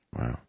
Wow